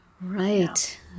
Right